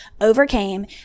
overcame